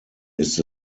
ist